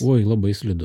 oj labai slidu